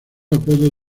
apodo